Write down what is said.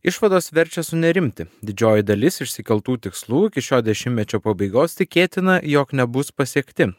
išvados verčia sunerimti didžioji dalis išsikeltų tikslų iki šio dešimtmečio pabaigos tikėtina jog nebus pasiekti